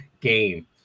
game